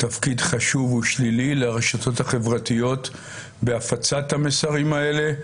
תפקיד חשוב ושלילי לרשתות החברתיות בהפצת המסרים האלה.